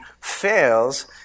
fails